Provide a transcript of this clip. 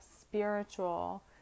spiritual